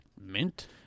Mint